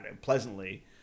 pleasantly